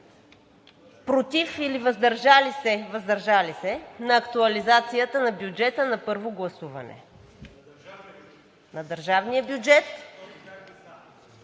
против или въздържали се на актуализацията на бюджета на първо гласуване, на държавния бюджет.